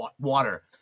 water